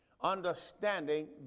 understanding